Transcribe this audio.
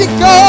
go